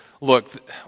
look